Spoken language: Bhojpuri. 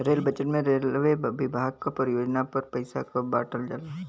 रेल बजट में रेलवे विभाग क परियोजना पर पइसा क बांटल जाला